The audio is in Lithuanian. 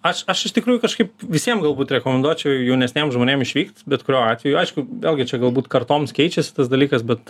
aš aš iš tikrųjų kažkaip visiem galbūt rekomenduočiau jaunesniem žmonėm išvykt bet kuriuo atveju aišku vėlgi čia galbūt kartoms keičiasi tas dalykas bet